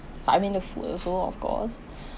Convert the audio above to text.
I mean the food also of course